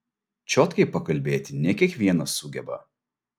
čiotkai pakalbėti ne kiekvienas sugeba